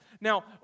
Now